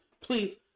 Please